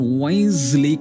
wisely